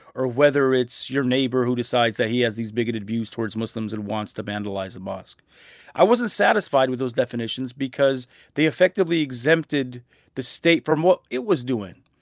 or whether it's your neighbor who decides that he has these bigoted views towards muslims and wants to vandalize a mosque i wasn't satisfied with those definitions because they effectively exempted the state from what it was doing.